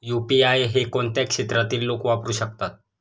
UPI हे कोणत्या क्षेत्रातील लोक वापरू शकतात?